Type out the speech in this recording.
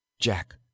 Jack